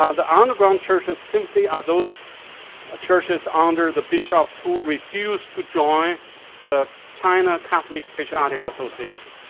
um the underground churches simply are those ah churches under the bishops who refuse to join the china catholic patriotic association.